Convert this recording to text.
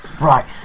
Right